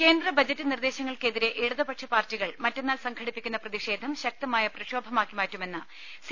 കേന്ദ്ര ബജറ്റ് നിർദ്ദേശങ്ങൾക്കെതിരെ ഇടതുപക്ഷപാർട്ടികൾ മറ്റന്നാൾ സംഘ ടിപ്പിക്കുന്ന പ്രതിഷേധം ശക്തമായ പ്രക്ഷോഭ്യമാക്കിമാറ്റുമെന്ന് സി